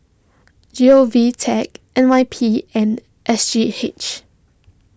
G O V Tech N Y P and S G H